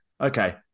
Okay